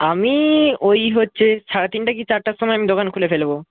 আমি ওই হচ্ছে সাড়ে তিনটে কি চারটের সময় আমি দোকান খুলে ফেলব